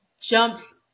jumps